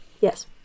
Yes